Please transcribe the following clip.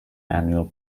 annual